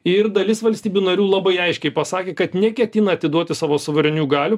ir dalis valstybių narių labai aiškiai pasakė kad neketina atiduoti savo suverenių galių